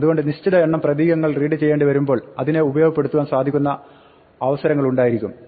അതുകൊണ്ട് നിശ്ചിത എണ്ണം പ്രതീകങ്ങൾ റീഡ് ചെയ്യേണ്ടി വരുമ്പോൾ ഇതിനെ ഉപയോഗപ്പെടുത്തുവാൻ സാധിക്കുന്ന അവസരങ്ങളുണ്ടായിരിക്കും